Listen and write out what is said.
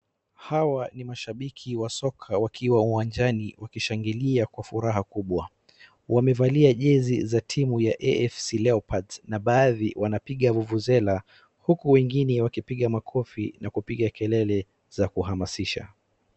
Hawa ni mashabiki wa soka wakiwa uwanjani wakishangilia kwa furaha kubwa, wamevalia jezi ya timu ya afc leopards na baadhi wanapiga vuvuzela huku wengine wakipiga makofi na kupiga kelele za kuhamasisha.